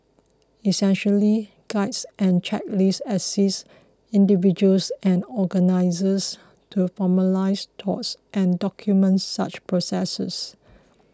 essentially guides and checklist assists individuals and organisers to formalise thoughts and document such processes